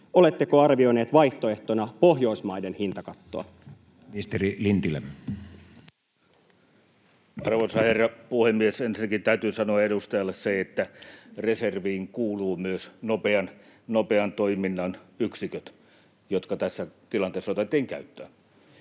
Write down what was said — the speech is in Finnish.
(Heikki Vestman kok) Time: 16:26 Content: Arvoisa herra puhemies! Ensinnäkin täytyy sanoa edustajalle se, että reserviin kuuluvat myös nopean toiminnan yksiköt, jotka tässä tilanteessa otettiin käyttöön.